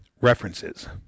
REFERENCES